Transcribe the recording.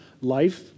life